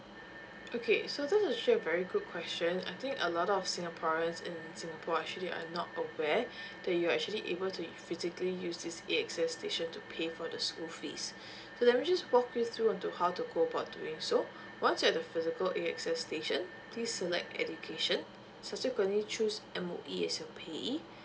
okay so just to share a very good question I think a lot of singaporeans in singapore actually are not aware that you're actually able to physically use this A_X_S station to pay for the school fees so let me just walk you through on to how to go about doing so once you're at the physical A_X_S station please select education subsequently choose M_O_E as your payee